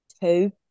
two